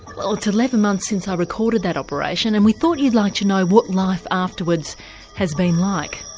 well it's eleven months since i recorded that operation and we thought you'd like to know what life afterwards has been like.